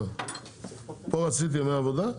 פה עשית ימי עבודה?